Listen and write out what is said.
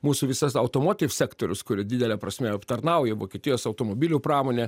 mūsų visas automotiv sektorius kurio didele prasme aptarnauja vokietijos automobilių pramonę